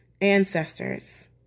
ancestors